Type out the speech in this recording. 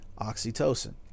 oxytocin